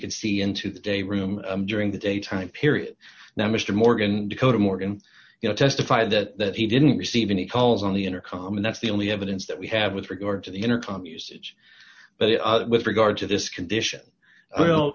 can see into the day room during the day time period that mr morgan dakota morgan you know testified that he didn't receive any calls on the intercom and that's the only evidence that we have with regard to the intercom usage but with regard to this condition